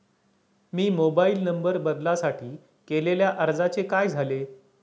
मी mobile number बदलासाठी केलेल्या अर्जाचे काय झाले?